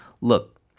look